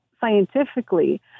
scientifically